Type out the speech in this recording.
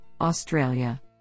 Australia